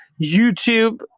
youtube